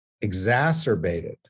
exacerbated